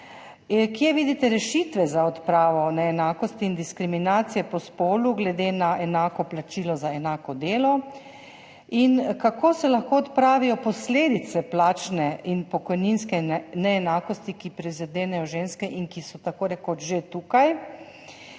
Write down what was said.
Kje vidite rešitve za odpravo neenakosti in diskriminacije po spolu glede na enako plačilo za enako delo? Kako se lahko odpravijo posledice plačne in pokojninske neenakosti, ki prizadenejo ženske in ki so tako rekoč že tukaj?